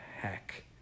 heck